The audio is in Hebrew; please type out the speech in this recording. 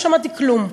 לא שמעתי כלום,